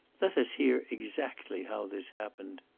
let us hear exactly how this happened!